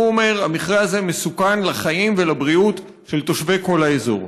הוא אומר: המכרה הזה מסוכן לחיים ולבריאות של תושבי כל האזור.